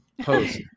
post